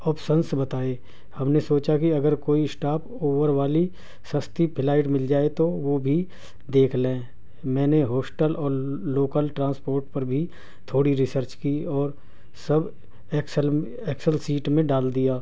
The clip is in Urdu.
آپشنز بتائے ہم نے سوچا کہ اگر کوئی اسٹاپ اوور والی سستی فلائٹ مل جائے تو وہ بھی دیکھ لیں میں نے ہوسٹل اور لوکل ٹرانسپورٹ پر بھی تھوڑی ریسرچ کی اور سب ایکسل ایکسل شیٹ میں ڈال دیا